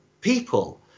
people